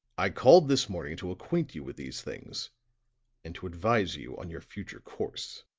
i called this morning to acquaint you with these things and to advise you on your future course.